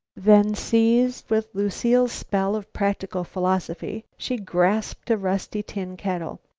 then, seized with lucile's spell of practical philosophy, she grasped a rusty tin kettle.